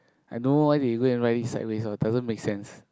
I know why they go and write it sideways orh doesn't make sense